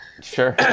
Sure